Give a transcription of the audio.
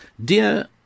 Dear